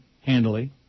handily